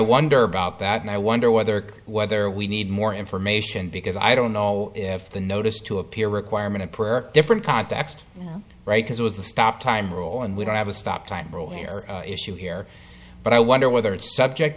wonder about that and i wonder whether whether we need more information because i don't know if the notice to appear requirement of prayer different context right because it was the stop time rule and we don't have a stop time role here issue here but i wonder whether it's subject